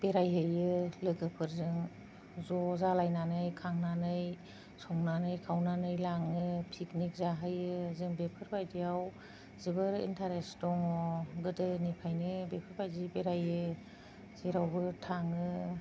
बेरायहैयो लोगोफोरजों ज' जालायनानै खांनानै संनानै खावनानै लाङो पिकनिक जाहैयो जों बेफोरबायदिआव जोबोर इन्टारेस्ट दङ गोदोनिफ्रायनो बेफोरबायदि बेरायो जेरावबो थाङो